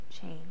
change